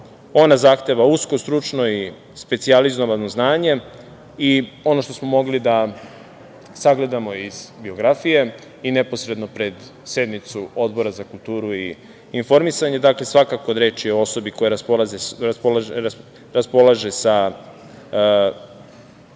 Ona zahteva usko, stručno i specijalizovano znanje i ono što smo mogli da sagledamo iz biografije i neposredno pred sednicu Odbora za kulturu i informisanje, dakle, svakako reč je o osobi koja raspolaže sa